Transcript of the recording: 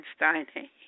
Einstein